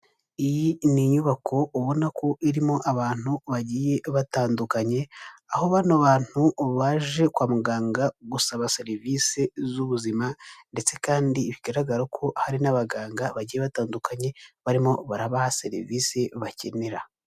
Iyi ni inyubako ubona ko irimo abantu bagiye batandukanye aho bano bantu baje kwa muganga gusaba serivisi z'ubuzima ndetse kandi bigaragara ko hari n'abaganga bagiye batandukanye, barimo barabaha serivisi bakenera.